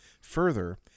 Further